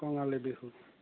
Kongali Bihu